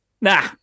nah